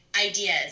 ideas